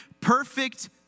perfect